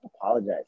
apologize